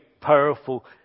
powerful